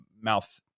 mouth